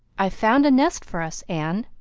i've found a nest for us, anne.